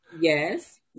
yes